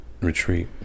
retreat